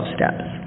Steps